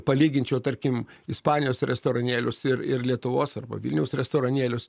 palyginčiau tarkim ispanijos restoranėlius ir ir lietuvos arba vilniaus restoranėlius